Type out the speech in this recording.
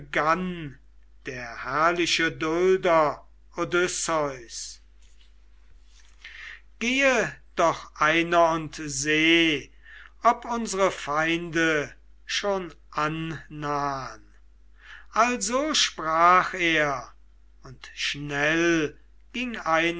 der herrliche dulder odysseus gehe doch einer und seh ob unsere feinde schon annahn also sprach er und schnell ging